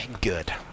good